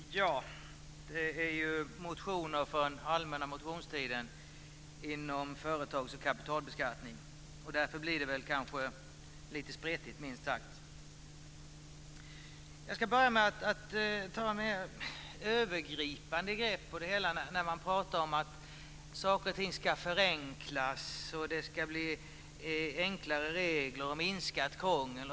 Fru talman! Här behandlas motioner från den allmänna motionstiden inom företags och kapitalbeskattning. Därför blir det lite spretigt, minst sagt. Jag ska börja med ett övergripande grepp. Man pratar om förenklingar, enklare regler och minskat krångel.